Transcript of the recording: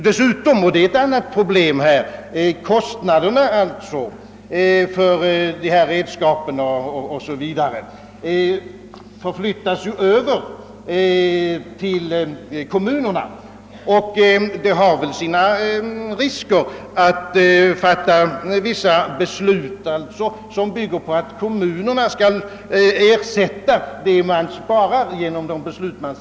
Dessutom — och det är ett annat problem i detta sammanhang — flyttas kostnaderna för de aktuella hjälpmedlen över på kommunerna. Det har sina risker att centralt fatta beslut, som bygger på att kommunerna skall ersätta vad som därigenom sparas in.